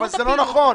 זה לא נכון.